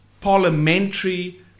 parliamentary